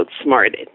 outsmarted